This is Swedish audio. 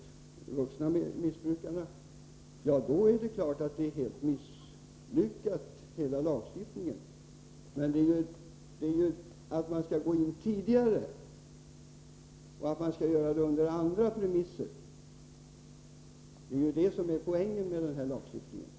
Då kan man naturligtvis få hela lagstiftningen att framstå som misslyckad. Men poängen med lagstiftningen är ju att man skall ingripa tidigare och göra det på andra premisser än vid tvångslagstiftning.